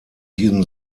diesem